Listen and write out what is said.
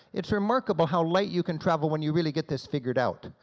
it's remarkable how light you can travel when you really get this figured out,